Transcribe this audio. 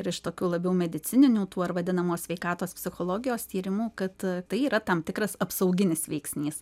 ir iš tokių labiau medicininių tų ar vadinamos sveikatos psichologijos tyrimų kad tai yra tam tikras apsauginis veiksnys